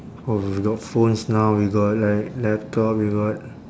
oh we got phones now we got like laptop we got